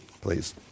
please